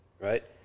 right